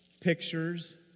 Pictures